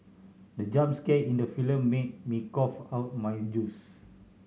the jump scare in the film made me cough out my juice